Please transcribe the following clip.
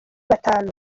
batanu